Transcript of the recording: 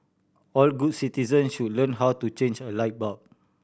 all good citizens should learn how to change a light bulb